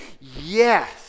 yes